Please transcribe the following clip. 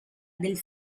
del